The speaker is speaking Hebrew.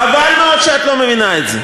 חבל שאת לא מבינה את זה.